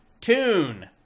Tune